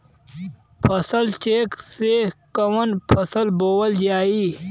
फसल चेकं से कवन फसल बोवल जाई?